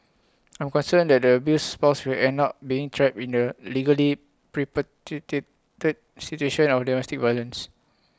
I'm concerned that the abused spouse will end up being trapped in the legally situation of domestic violence